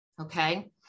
Okay